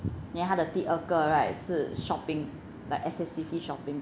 then 他的第二个 right 是 shopping like excessively shopping